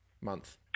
month